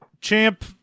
Champ